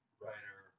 writer